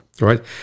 right